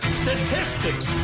statistics